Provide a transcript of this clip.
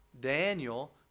Daniel